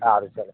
સારું ચાલો